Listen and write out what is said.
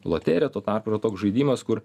loterija tuo tarpu yra toks žaidimas kur